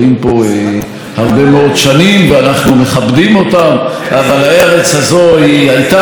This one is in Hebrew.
אבל הארץ הזאת הייתה ותישאר עוד מימי התנ"ך ארץ ישראל,